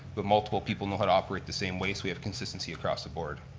but multiple people know how to operate the same way so we have consistency across the board.